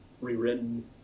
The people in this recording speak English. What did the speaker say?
rewritten